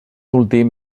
últim